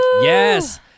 Yes